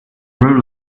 road